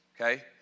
okay